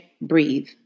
breathe